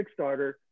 Kickstarter